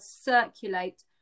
circulate